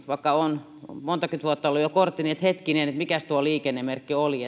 vaikka on monta kymmentä vuotta ollut jo kortti tulee mieleen että hetkinen mikäs tuo liikennemerkki oli